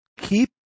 keep